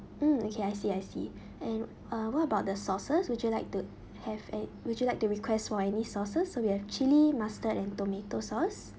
mm okay I see I see and uh what about the sauces would you like to have a would you like to request for any sauces so we have chilli mustard and tomato sauce